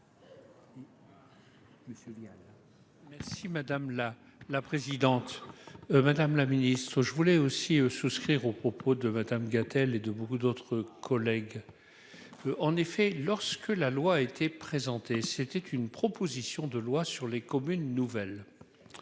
Merci madame la la présidente, madame la ministre, je voulais aussi souscrire aux propos de Madame Gatel et de beaucoup d'autres collègues, en effet, lorsque la loi a été présenté, c'était une proposition de loi sur les communes nouvelles,